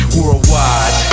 Worldwide